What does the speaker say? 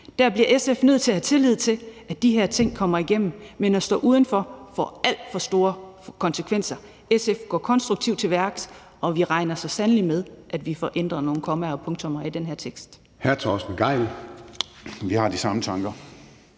Der bliver SF nødt til at have tillid til, at de her ting kommer igennem. Men at stå udenfor får alt for store konsekvenser. SF går konstruktivt til værks, og vi regner så sandelig med, at vi får ændret nogle kommaer og punktummer i den her tekst. Kl. 13:16 Formanden (Søren Gade): Hr.